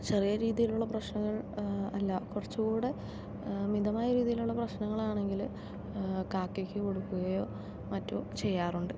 ചെറിയ രീതിലുള്ള പ്രശനങ്ങൾ അല്ല കുറച്ചൂടെ മിതമായ രീതിലുള്ള പ്രശ്നങ്ങളാണെങ്കില് കാക്കക്ക് കൊടുക്കുകയോ മറ്റോ ചെയ്യാറുണ്ട്